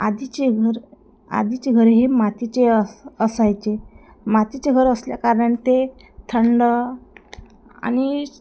आधीचे घर आधीचे घर हे मातीचे अस असायचे मातीचे घर असल्या कारणाने ते थंड आणि